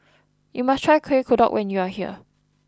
you must try Kuih Kodok when you are here